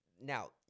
now